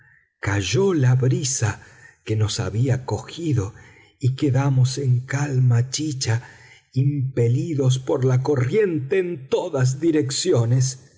cayó la brisa que nos había cogido y quedamos en calma chicha impelidos por la corriente en todas direcciones